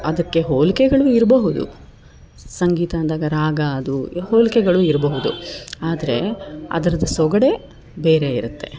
ಅದಕ್ಕೆ ಹೋಲಿಕೆಗಳು ಇರಬಹುದು ಸಂಗೀತ ಅಂದಾಗ ರಾಗದ್ದು ಯ ಹೋಲಿಕೆಗಳು ಇರಬಹುದು ಆದರೆ ಅದರ್ದು ಸೊಗಡೇ ಬೇರೆ ಇರುತ್ತೆ